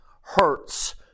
hurts